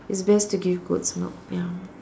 it's best to give goat's milk ya